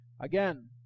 Again